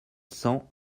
cents